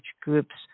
groups